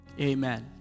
Amen